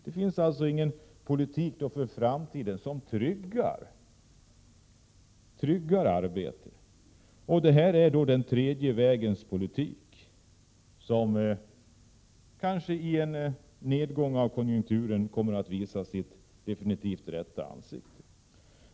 Det finns alltså ingen politik för framtiden som tryggar arbetet, och detta är den tredje vägens politik, som kanske vid en nedgång i konjunkturen kommer att visa sitt definitivt rätta ansikte.